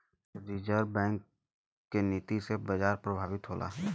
reserve bank क नीति से बाजार प्रभावित होला